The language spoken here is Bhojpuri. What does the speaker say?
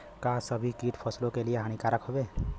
का सभी कीट फसलों के लिए हानिकारक हवें?